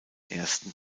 ersten